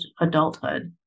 adulthood